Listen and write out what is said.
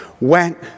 went